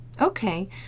Okay